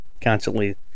constantly